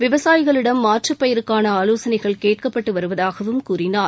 விவசாயிகளிடம் மாற்றுப்பயிருக்கான ஆலோசனைகள் கேட்கப்பட்டு வருவதாகவும் கூறினார்